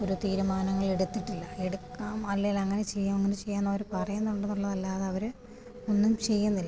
ഒരു തീരുമാനങ്ങളെടുത്തിട്ടില്ല എടുക്കാം അല്ലെങ്കിലങ്ങനെ ചെയ്യാം അങ്ങനെ ചെയ്യാമെന്നവർ പറയുന്നുണ്ടെന്നുള്ളതല്ലാതെഅവർ ഒന്നും ചെയ്യുന്നില്ല